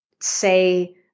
say